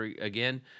again